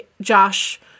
Josh